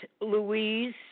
Louise